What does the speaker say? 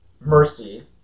mercy